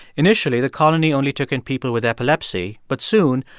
initially, the colony only took in people with epilepsy, but soon,